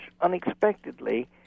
unexpectedly